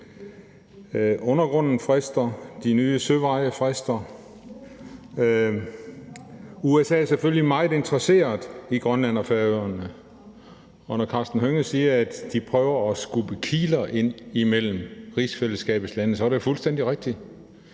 Undergrunden frister, de nye søveje frister. USA er selvfølgelig meget interesseret i Grønland og Færøerne, og når Karsten Hønge siger, at de prøver at skubbe kiler ind mellem rigsfællesskabets lande, er det fuldstændig rigtigt.